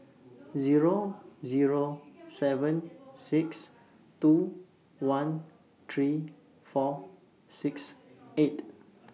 Zero Zero seven six two one three four six eight